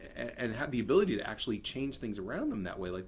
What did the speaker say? and have the ability to actually change things around them that way, like